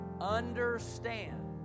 Understand